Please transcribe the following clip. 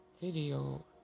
video